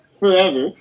forever